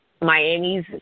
Miami's